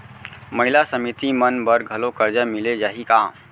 महिला समिति मन बर घलो करजा मिले जाही का?